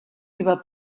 über